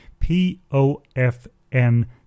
POFN